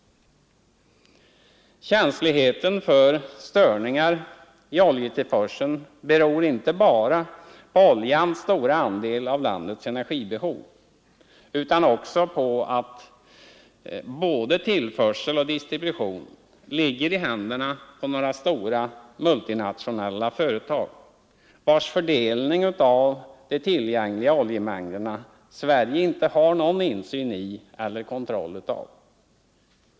Känsligheten för störningar i oljetillförseln beror inte bara på oljans stora andel av landets energibehov utan också på att både tillförsel och distribution ligger i händerna på några stora multinationella företag, vilkas fördelning av de tillgängliga oljemängderna Sverige inte har någon insyn eller kontroll av.